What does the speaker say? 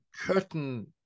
curtain